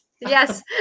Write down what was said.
Yes